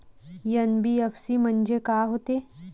NBFC म्हणजे का होते?